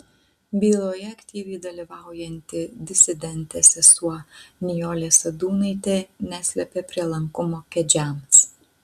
byloje aktyviai dalyvaujanti disidentė sesuo nijolė sadūnaitė neslepia prielankumo kedžiams